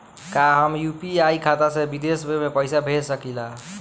का हम यू.पी.आई खाता से विदेश में पइसा भेज सकिला?